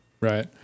right